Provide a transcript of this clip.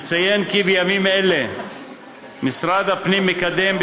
נציין כי בימים אלו משרד הפנים מקדם,